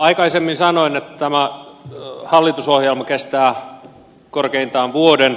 aikaisemmin sanoin että tämä hallitusohjelma kestää korkeintaan vuoden